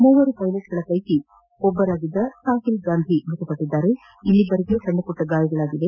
ಮೂವರು ಪೈಲಟ್ಗಳ ಪೈಕಿ ಒಬ್ಬರಾದ ಸಾಹಿಲ್ ಗಾಂಧಿ ಮೃತಪಟ್ಟದ್ದು ಇನ್ನಿಬ್ಬರಿಗೆ ಸಣ್ಣಪುಟ್ಟ ಗಾಯಗಳಾಗಿವೆ